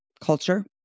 culture